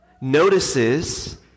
notices